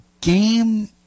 game